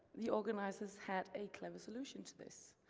the organizers had a clever solution to this.